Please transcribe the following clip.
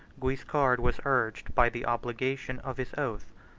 guiscard was urged by the obligation of his oath,